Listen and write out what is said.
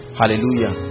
hallelujah